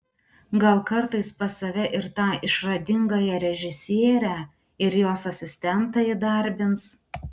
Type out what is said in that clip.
gal kartais pas save ir tą išradingąją režisierę ir jos asistentą įdarbins